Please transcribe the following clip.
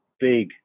big